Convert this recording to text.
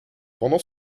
pendant